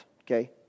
okay